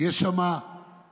יש שם תוכנית